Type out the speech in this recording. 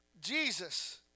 Jesus